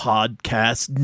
Podcast